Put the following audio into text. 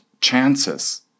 chances